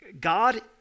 God